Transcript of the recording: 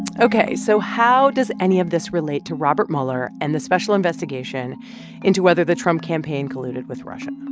ok. so how does any of this relate to robert mueller and the special investigation into whether the trump campaign colluded with russia?